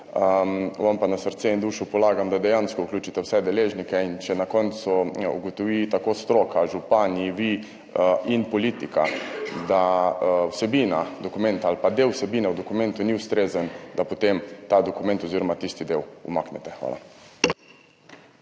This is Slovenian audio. vam pa na srce in dušo polagam, da dejansko vključite vse deležnike in če na koncu ugotovi tako stroka, župani, vi in politika, da vsebina dokumenta ali pa del vsebine v dokumentu ni ustrezen, da potem ta dokument oziroma tisti del umaknete. Hvala.